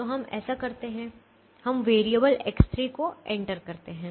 तो हम ऐसा करते हैं हम वेरिएबल X3 को एंटर करते हैं